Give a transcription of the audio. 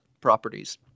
properties